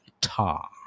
tar